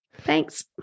thanks